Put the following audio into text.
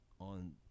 on